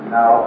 Now